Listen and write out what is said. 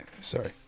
Sorry